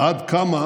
עד כמה